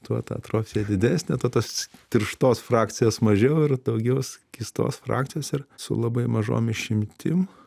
tuo ta atrofija didesnė tuo tas tirštos frakcijos mažiau ir daugiau skystos frakcijos ir su labai mažom išimtim